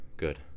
good